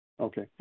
Okay